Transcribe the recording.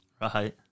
right